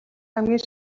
хамгийн